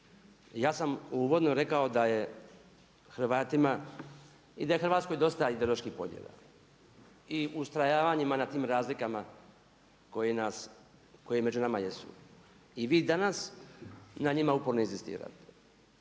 da je Hrvatima i da je Hrvatskoj dosta ideoloških podjela. I ustrajavanjima na tim razlikama koje nas, koje među nama jesu. I vi danas na njima uporno inzistirate